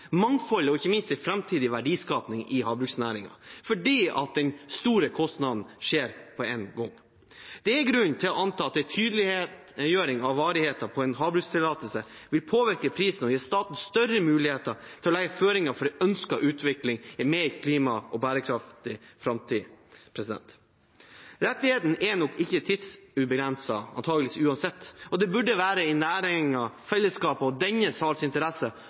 mangfoldet og ikke minst en framtidig verdiskaping i havbruksnæringen, fordi den store kostnaden skjer på én gang. Det er grunn til å anta at en tydeliggjøring av varigheten av en havbrukstillatelse vil påvirke prisen og gi staten større muligheter til å legge føringer for en ønsket utvikling, en mer klimavennlig og bærekraftig framtid. Rettighetene er nok ikke tidsubegrenset – antageligvis uansett – og det burde være i næringens, fellesskapets og denne salens interesse